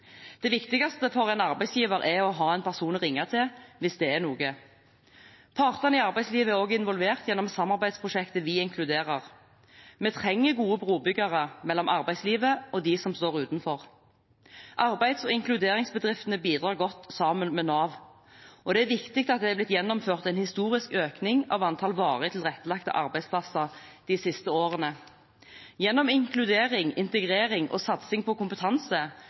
Det viktigste for en arbeidsgiver er å ha en person å ringe til hvis det er noe. Partene i arbeidslivet er også involvert gjennom samarbeidsprosjektet «Vi inkluderer». Vi trenger gode brobyggere mellom arbeidslivet og dem som står utenfor. Arbeids- og inkluderingsbedriftene bidrar godt sammen med Nav. Det er viktig at det er blitt gjennomført en historisk økning i antall varig tilrettelagte arbeidsplasser de siste årene. Gjennom inkludering, integrering og satsing på kompetanse